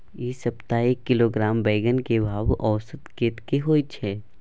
ऐ सप्ताह एक किलोग्राम बैंगन के भाव औसत कतेक होय छै?